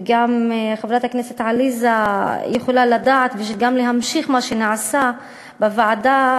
וגם חברת הכנסת עליזה יכולה לדעת ולהמשיך מה שנעשה בוועדה,